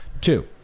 two